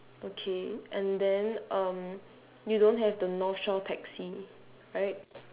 okay and then um you don't have the north shore taxi right